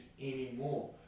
anymore